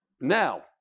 now